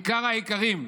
עיקר העיקרים,